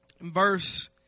Verse